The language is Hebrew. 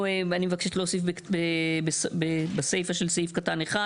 אני מבקשת להוסיף בסיפא של סעיף קטן (1)